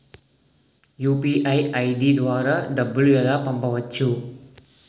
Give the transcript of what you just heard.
UPI ID ద్వారా డబ్బులు ఎలా పంపవచ్చు?